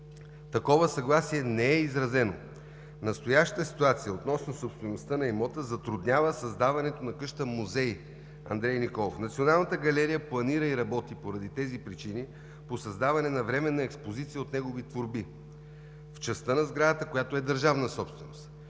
такова съгласие не е изразено. Настоящата ситуация относно собствеността на имота затруднява създаването на къща музей „Андрей Николов“. Националната галерия планира и работи, поради тези причини, по създаване на временна експозиция от негови творби в частта на сградата, която е държавна собственост